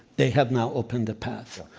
they have now opened a path.